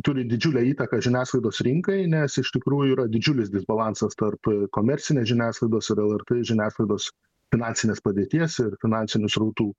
turi didžiulę įtaką žiniasklaidos rinkai nes iš tikrųjų yra didžiulis disbalansas tarp komercinės žiniasklaidos ir žiniasklaidos finansinės padėties ir finansinių srautų